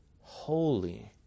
holy